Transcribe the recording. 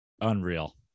Unreal